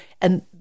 And-